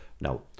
Now